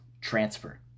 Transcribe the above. transfer